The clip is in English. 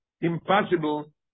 impossible